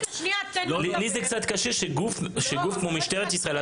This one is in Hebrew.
לי זה קצת קשה שגוף כמו משטרת ישראל,